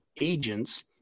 agents